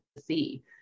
see